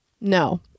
no